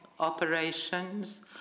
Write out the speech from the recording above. operations